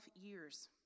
years